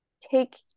take